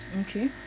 Okay